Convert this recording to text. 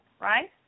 right